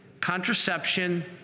contraception